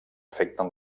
afecten